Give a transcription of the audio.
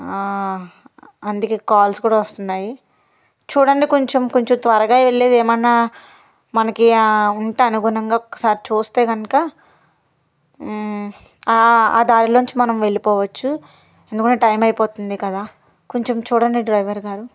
అందుకే కాల్స్ కూడా వస్తున్నాయి చూడండీ కొంచెం కొంచెం త్వరగా వెళ్ళేది ఏమన్నా మనకి ఉంటే అనుగుణంగా ఒకసారి చూస్తే కనుక ఆ దారిలో నుంచి మనం వెళ్లిపోవచ్చు ఎందుకంటే టైం అయిపోతుంది కదా కొంచెం చూడండీ డ్రైవర్ గారు